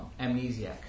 Amnesiac